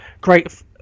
great